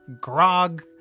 grog